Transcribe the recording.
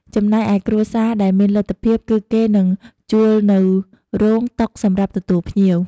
ចំណែកឯគ្រួសារដែលមានលទ្ធភាព គឺគេនឹងជួលនូវរោង តុ សម្រាប់ទទួលភ្ញៀវ។